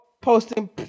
posting